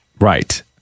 Right